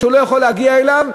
והוא לא יכול להגיע אליו,